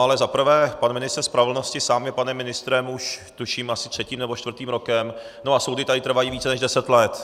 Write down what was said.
Ale za prvé pan ministr spravedlnosti sám je panem ministrem už tuším asi třetím nebo čtvrtým rokem a soudy tady trvají více než deset let.